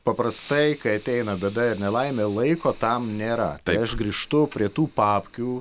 paprastai kai ateina bėda ir nelaimė laiko tam nėra tai aš grįžtu prie tų papkių